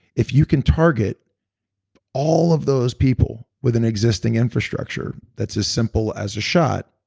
if you can target all of those people with an existing infrastructure that's as simple as a shot,